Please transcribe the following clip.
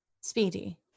Speedy